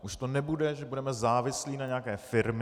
Už to nebude, že budeme závislí na nějaké firmě.